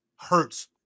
hurts